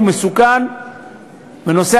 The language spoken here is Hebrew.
הוא מסוכן.